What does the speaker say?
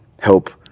help